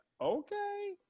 okay